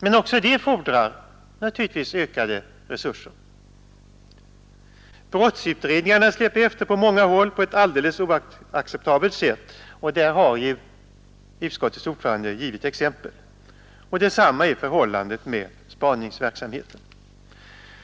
Men också det fordrar naturligtvis ökade resurser. Brottsutredningarna släpar efter på många håll på ett alldeles oacceptabelt sätt, och på det har ju utskottets ordförande givit exempel. Samma är förhållandet med spaningsverksamheten.